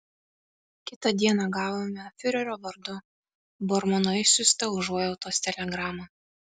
kitą dieną gavome fiurerio vardu bormano išsiųstą užuojautos telegramą